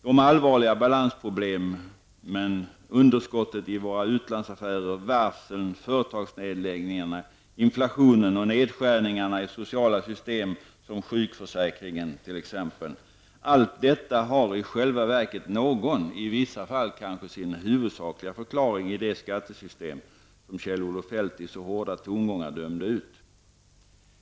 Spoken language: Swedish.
De allvarliga balansproblemen, underskottet i våra utlandsaffärer, varseln, företagsnedläggningarna, inflationen och nedskärningarna i sociala system såsom t.ex. sjukförsäkringen -- allt detta har i själva verket någon, i vissa fall kanske sin huvudsakliga, förklaring i det skattesystem som Kjell-Olof Feldt i så hårda tongångar dömde ut.